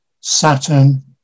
Saturn